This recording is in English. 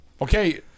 Okay